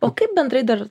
o kaip bendrai dar